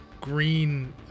green